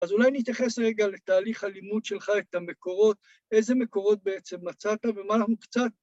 ‫אז אולי נתייחס רגע ‫לתהליך הלימוד שלך, את המקורות, ‫איזה מקורות בעצם מצאת, ‫ומה אנחנו קצת...